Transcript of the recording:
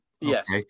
Yes